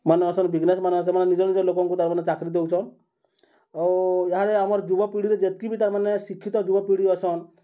ମାନେ ଅଛନ୍ ବିଜ୍ନେସ୍ମାନେ ସେମାନେ ନିଜର୍ ନିଜର୍ ଲୋକଙ୍କୁ ତାର୍ମାନେ ଚାକ୍ରି ଦଉଚନ୍ ଆଉ ଇହାଦେ ଆମର୍ ଯୁବପିଢ଼ିରେ ଯେତ୍କି ବି ତାର୍ମାନେ ଶିକ୍ଷିତ ଯୁବପିଢ଼ି ଅଛନ୍